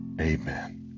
Amen